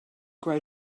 grow